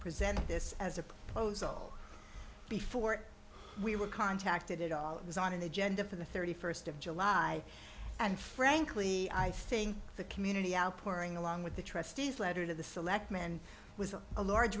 present this as a proposal before we were contacted at all it was on an agenda for the thirty first of july and frankly i think the community outpouring along with the trustees letter to the selectmen was a large